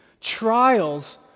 trials